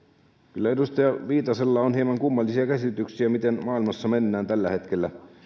kyllä edustaja viitasella on hieman kummallisia käsityksiä siitä miten maailmassa mennään tällä hetkellä